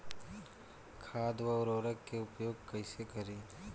खाद व उर्वरक के उपयोग कईसे करी?